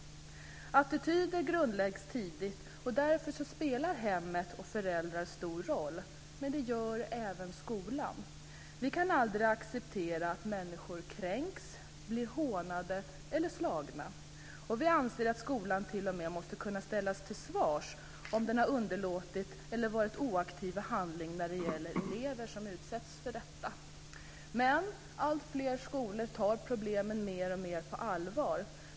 Attityder grundläggs tidigt. Därför spelar hemmet och föräldrarna stor roll, men det gör även skolan. Vi kan aldrig acceptera att människor kränks, blir hånade eller slagna. Vi anser att skolan t.o.m. måste kunna ställas till svars om den har underlåtit eller varit inaktiv i handling när det gäller elever som utsätts för detta. Alltfler skolor tar problemen mer och mer på allvar.